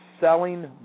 selling